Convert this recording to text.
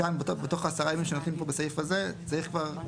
כאן, בתוך ה-10 ימים שנותנים בסעיף הזה, צריך כבר